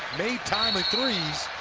made timely threes.